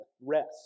rest